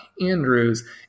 Andrews